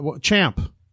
Champ